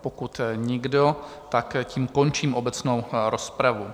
Pokud nikdo, tak tím končím obecnou rozpravu.